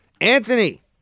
Anthony